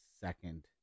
second